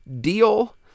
deal